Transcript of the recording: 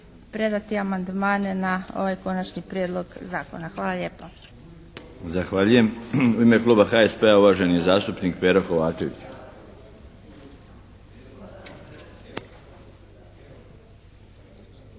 predati amandmane na ovaj Konačni prijedlog Zakona. Hvala lijepa.